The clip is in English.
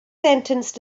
sentence